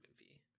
movie